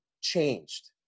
changed